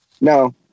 no